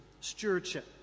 stewardship